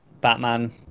Batman